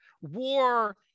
war